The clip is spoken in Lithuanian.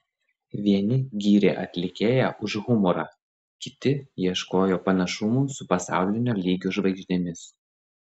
vieni gyrė atlikėją už humorą kiti ieškojo panašumų su pasaulinio lygio žvaigždėmis